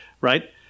right